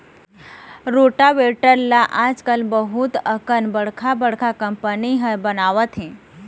rotavator ल आजकाल बहुत अकन बड़का बड़का कंपनी ह बनावत हे